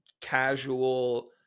casual